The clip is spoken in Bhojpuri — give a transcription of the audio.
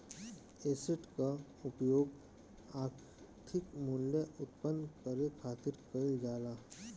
एसेट कअ उपयोग आर्थिक मूल्य उत्पन्न करे खातिर कईल जाला